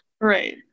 Right